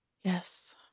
Yes